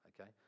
okay